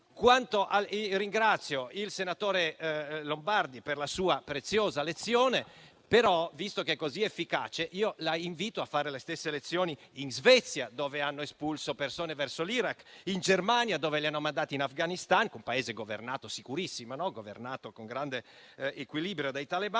Ringrazio il senatore Lombardo per la sua preziosa lezione. Visto che è così efficace, io lo invito a fare le stesse lezioni in Svezia, dove hanno espulso persone verso l'Iraq; o in Germania, dove li hanno mandati in Afghanistan, un Paese sicurissimo, governato con grande equilibrio dai talebani;